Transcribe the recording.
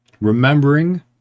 remembering